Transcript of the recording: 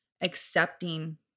accepting